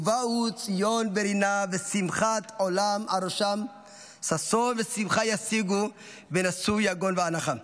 ובאו ציון ברנה ושמחת עולם על ראשם ששון ושמחה ישיגו ונסו יגון ואנחה'."